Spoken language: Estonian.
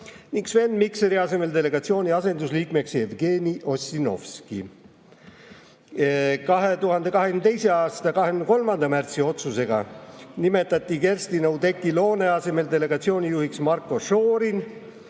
ning Sven Mikseri asemel delegatsiooni asendusliikmeks Jevgeni Ossinovski. 2022. aasta 23. märtsi otsusega nimetati Kerstin-Oudekki Loone asemel delegatsiooni juhiks Marko Šorin